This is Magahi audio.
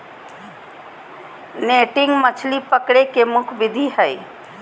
नेटिंग मछली पकडे के प्रमुख विधि हइ